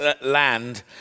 land